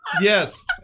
Yes